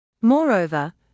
Moreover